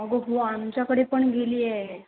अगं हो आमच्याकडे पण गेली आहे